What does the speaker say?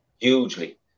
Hugely